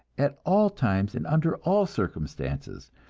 at all times and under all circumstances,